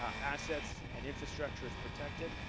assets and infrastructure is protected.